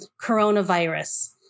coronavirus